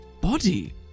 body